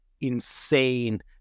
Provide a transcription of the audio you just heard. insane